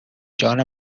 جان